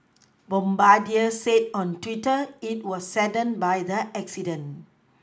Bombardier said on Twitter it was saddened by the accident